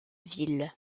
ville